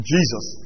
Jesus